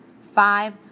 five